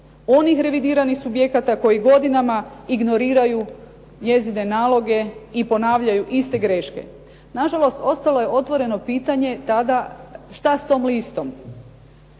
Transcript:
onih revidiranih subjekata koji godinama ignoriraju njezine naloge i ponavljaju iste greške. Nažalost, ostalo je otvoreno pitanje tada što s tom listom?